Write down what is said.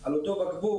על אותו בקבוק,